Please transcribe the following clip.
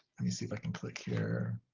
let me see if i can click here.